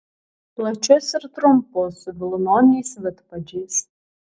plačius ir trumpus su vilnoniais vidpadžiais